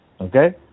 Okay